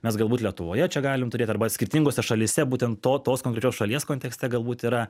mes galbūt lietuvoje čia galim turėt arba skirtingose šalyse būtent tos konkrečios šalies kontekste galbūt yra